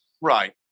Right